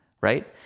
right